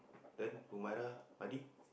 then Humaira Hadi